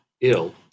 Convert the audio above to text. ill